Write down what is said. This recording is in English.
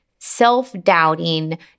self-doubting